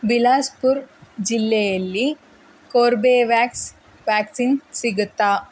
ಬಿಲಾಸ್ಪುರ್ ಜಿಲ್ಲೆಯಲ್ಲಿ Corbevax vaccine ಸಿಗುತ್ತಾ